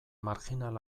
marjinal